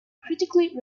critically